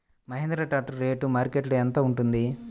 Mahindra tractor rate మార్కెట్లో యెంత ఉంటుంది?